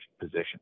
position